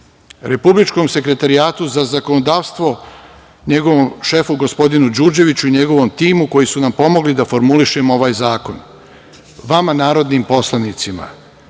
Republičkom Sekretarijatu za zakonodavstvo i njegovom šefu gospodinu Đurđeviću i njegovom timu, koji su nam pomogli da formulišemo ovaj zakon, vama narodnim poslanicima,